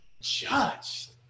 judged